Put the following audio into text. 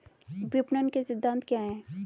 विपणन के सिद्धांत क्या हैं?